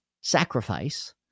sacrifice